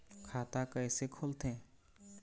खाता कइसे खोलथें?